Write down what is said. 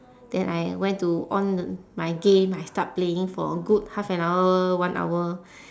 then I went to on my game I start playing for a good half an hour one hour